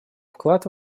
вклад